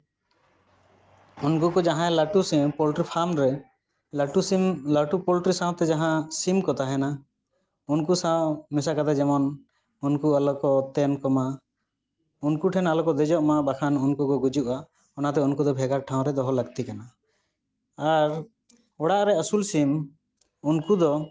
ᱩᱱᱠᱩ ᱠᱚ ᱡᱟᱦᱟᱸᱭ ᱞᱟᱹᱴᱩ ᱥᱤᱢ ᱯᱳᱞᱴᱨᱤ ᱯᱷᱨᱟᱢ ᱨᱮ ᱞᱟᱹᱴᱩ ᱥᱤᱢ ᱞᱟᱹᱴᱩ ᱯᱳᱞᱴᱨᱤ ᱥᱟᱶᱛᱮ ᱡᱟᱦᱟᱸ ᱥᱤᱢ ᱠᱚ ᱛᱟᱦᱮᱱᱟ ᱩᱱᱠᱩ ᱥᱟᱶ ᱢᱮᱥᱟ ᱠᱟᱛᱮᱫ ᱡᱮᱢᱚᱱ ᱩᱱᱠᱩ ᱟᱞᱚ ᱠᱚ ᱛᱮᱱ ᱠᱚᱢᱟ ᱩᱱᱠᱩ ᱴᱷᱮᱱ ᱟᱞᱚ ᱠᱚ ᱫᱮᱡᱚᱜ ᱢᱟ ᱵᱟᱠᱷᱟᱱ ᱩᱱᱠᱩ ᱠᱚ ᱜᱩᱡᱩᱜᱼᱟ ᱚᱱᱟᱛᱮ ᱩᱱᱠᱩ ᱫᱚ ᱵᱷᱮᱜᱟᱨ ᱴᱷᱟᱶ ᱨᱮ ᱫᱚᱦᱚ ᱞᱟᱹᱠᱛᱤ ᱠᱟᱱᱟ ᱟᱨ ᱚᱲᱟᱜ ᱨᱮ ᱟᱹᱥᱩᱞ ᱥᱤᱢ ᱩᱱᱠᱩ ᱫᱚ